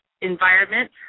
environment